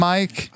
Mike